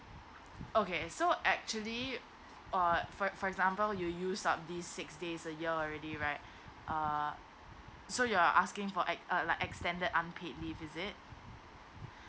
okay so actually uh for for example you use up this six days a year already right uh so you're asking for ex~ uh like extended unpaid leave is it